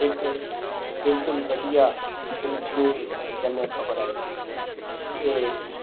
ਇੱਕ ਬਿਲਕੁਲ ਵਧੀਆ ਜਿ ਜਿਹਨੂੰ ਅਸੀਂ ਕਹਿੰਦੇ ਹਾਂ ਖਬਰ ਆਈ ਸੀ ਕਿ